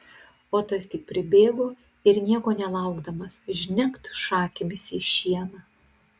o tas tik pribėgo ir nieko nelaukdamas žnekt šakėmis į šieną